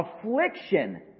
affliction